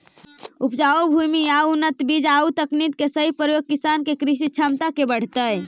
उपजाऊ भूमि आउ उन्नत बीज आउ तकनीक के सही प्रयोग किसान के कृषि क्षमता के बढ़ऽतइ